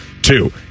Two